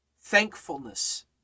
Thankfulness